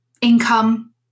income